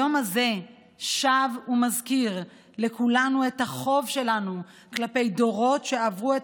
היום הזה שב ומזכיר לכולנו את החוב שלנו כלפי הדורות שעברו,